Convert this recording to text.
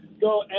go